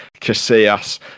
Casillas